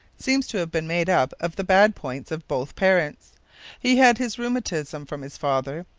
seems to have been made up of the bad points of both parents he had his rheumatism from his father.